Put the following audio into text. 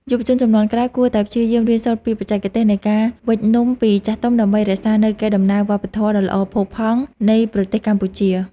យុវជនជំនាន់ក្រោយគួរតែព្យាយាមរៀនសូត្រពីបច្ចេកទេសនៃការវេចនំពីចាស់ទុំដើម្បីរក្សានូវកេរដំណែលវប្បធម៌ដ៏ល្អផូរផង់នៃប្រទេសកម្ពុជា។